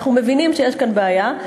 אנחנו מבינים שיש כאן בעיה,